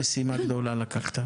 זה מיכאל ביטון.